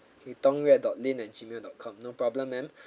okay Dong Yue dot Lin at gmail dot com no problem ma'am